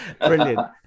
Brilliant